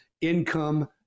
income